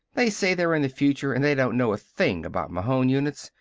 they say they're in the future and they don't know a thing about mahon units.